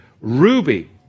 Ruby